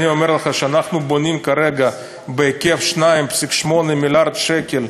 כשאני אומר לך שאנחנו בונים כרגע בהיקף 2.8 מיליארד שקל,